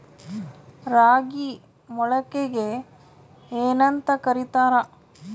ರಾಗಿ ಮೊಳಕೆಗೆ ಏನ್ಯಾಂತ ಕರಿತಾರ?